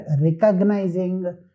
recognizing